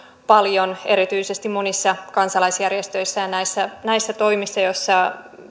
paljon erityisesti monissa kansalaisjärjestöissä ja näissä näissä toimissa joissa